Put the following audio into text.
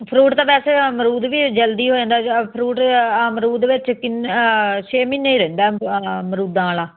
fruit ਤਾਂ ਵੈਸੇ ਅਮਰੂਦ ਵੀ ਜਲਦੀ ਹੋ ਜਾਂਦਾ ਜ ਫਰੂਟ ਅਮਰੂਦ ਵਿੱਚ ਕਿੰਨ ਛੇ ਮਹੀਨੇ ਰਹਿੰਦਾ ਅਮਰੂਦਾਂ ਵਾਲਾ